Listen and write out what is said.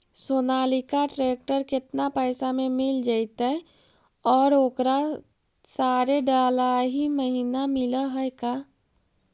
Sonalika tractor केतना पैसा में मिल जइतै और ओकरा सारे डलाहि महिना मिलअ है का?